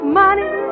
money